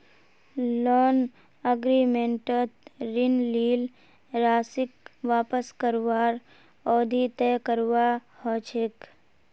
loan एग्रीमेंटत ऋण लील राशीक वापस करवार अवधि तय करवा ह छेक